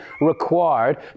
required